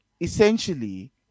essentially